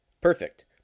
Perfect